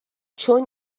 چون